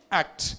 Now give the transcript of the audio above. act